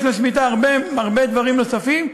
יש בשמיטה הרבה דברים נוספים,